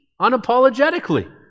unapologetically